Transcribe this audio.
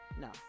No